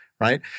Right